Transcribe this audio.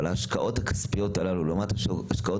אבל ההשקעות הכספיות הללו לעומת ההשקעות